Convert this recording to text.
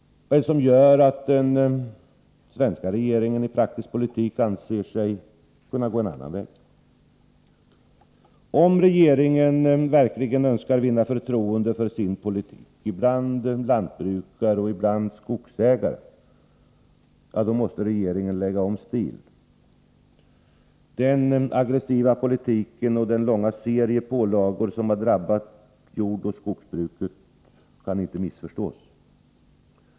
Vad är det som gör att den svenska regeringen i praktisk politik anser sig kunna gå en annan väg? Om regeringen verkligen önskar vinna förtroende för sin politik bland lantbrukare och skogsägare, måste den lägga om stil. Den aggressiva politiken och den långa serie pålagor som drabbat jordoch skogsbruket kan inte missförstås.